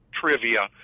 trivia